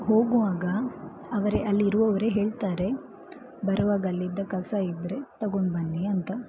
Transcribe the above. ಹೋಗುವಾಗ ಅವರೇ ಅಲ್ಲಿ ಇರುವವರೇ ಹೇಳ್ತಾರೆ ಬರುವಾಗ ಅಲ್ಲಿದ್ದ ಕಸ ಇದ್ದರೆ ತಗೊಂಡು ಬನ್ನಿ ಅಂತ